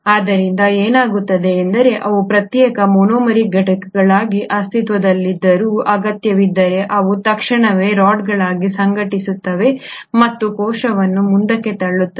ಆದ್ದರಿಂದ ಏನಾಗುತ್ತದೆ ಎಂದರೆ ಅವು ಪ್ರತ್ಯೇಕ ಮೊನೊಮೆರಿಕ್ ಘಟಕಗಳಾಗಿ ಅಸ್ತಿತ್ವದಲ್ಲಿದ್ದರೂ ಅಗತ್ಯವಿದ್ದರೆ ಅವು ತಕ್ಷಣವೇ ರಾಡ್ಗಳಾಗಿ ಸಂಘಟಿಸುತ್ತವೆ ಮತ್ತು ಕೋಶವನ್ನು ಮುಂದಕ್ಕೆ ತಳ್ಳುತ್ತವೆ